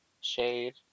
Shade